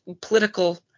political